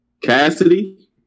Cassidy